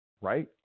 Right